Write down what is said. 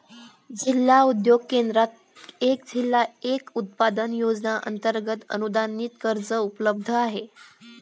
जिल्हा उद्योग केंद्रात एक जिल्हा एक उत्पादन योजनेअंतर्गत अनुदानित कर्ज उपलब्ध आहे